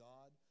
God